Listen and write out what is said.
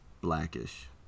Blackish